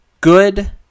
good